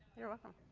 you're welcome.